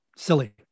silly